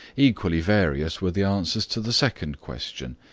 equally various were the answers to the second question.